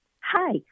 Hi